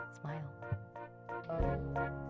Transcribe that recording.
Smile